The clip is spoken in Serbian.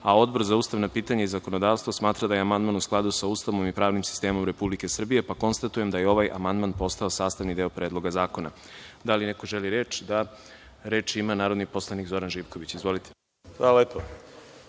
amandman. Odbor za ustavna pitanja i zakonodavstvo smatra da je amandman u skladu sa Ustavom i pravnim sistemom Republike Srbije. Konstatujem da je ovaj amandman postao sastavni deo Predloga zakona. Da li neko želi reč? (Da)Reč ima narodni poslanik Zoran Živković. Izvolite. **Zoran